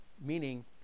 meaning